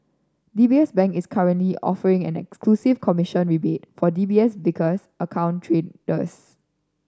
D B S Bank is currently offering an exclusive commission rebate for D B S Vickers account traders